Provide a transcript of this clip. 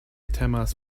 temas